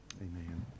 Amen